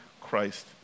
Christ